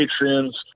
patrons